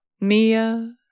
Mia